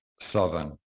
Southern